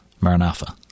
Maranatha